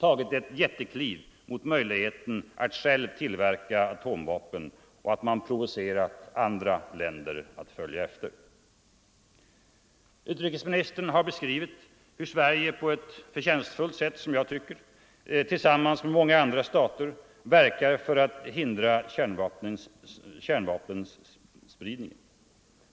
tagit ett jättekliv mot möjligheten att självt tillverka atomvapen och att man provocerat andra länder att följa efter. Utrikesministern har beskrivit hur Sverige på ett förtjänstfullt sätt — som jag tycker — tillsammans med många andra stater verkar för att hindra kärnvapnens spridning.